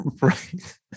Right